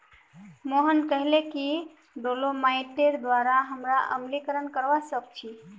मोहन कहले कि डोलोमाइटेर द्वारा हमरा अम्लीकरण करवा सख छी